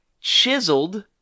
chiseled